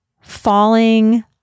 falling